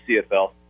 CFL